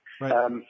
Right